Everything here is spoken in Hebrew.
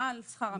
מעל שכר המינימום.